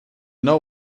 know